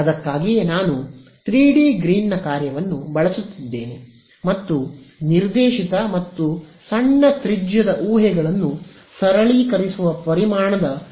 ಅದಕ್ಕಾಗಿಯೇ ನಾನು 3D ಗ್ರೀನ್ನ ಕಾರ್ಯವನ್ನು ಬಳಸುತ್ತಿದ್ದೇನೆ ಮತ್ತು ನಿರ್ದೇಶಿತ ಮತ್ತು ಸಣ್ಣ ತ್ರಿಜ್ಯದ ಊಹೆಗಳನ್ನು ಸರಳೀಕರಿಸುವ ಪರಿಮಾಣದ ಅವಿಭಾಜ್ಯವನ್ನು ತಯಾರಿಸುತ್ತಿದ್ದೇನೆ